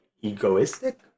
Egoistic